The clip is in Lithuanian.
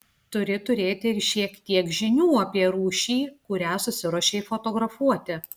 turi turėti ir šiek tiek žinių apie rūšį kurią susiruošei fotografuoti